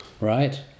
Right